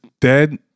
dead